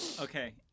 Okay